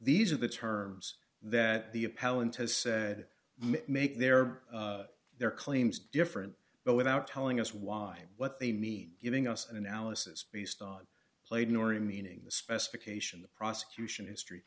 these are the terms that the appellant has said make their their claims different but without telling us why what they need giving us an analysis based on played nori meaning the specification the prosecution history